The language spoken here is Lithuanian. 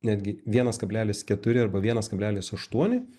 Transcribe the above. netgi vienas kablelis keturi arba vienas kablelis aštuoni